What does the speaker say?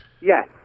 Yes